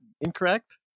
incorrect